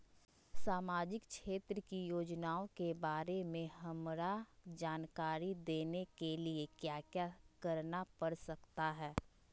सामाजिक क्षेत्र की योजनाओं के बारे में हमरा जानकारी देने के लिए क्या क्या करना पड़ सकता है?